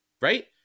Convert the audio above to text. Right